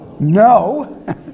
No